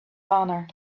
honor